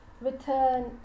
return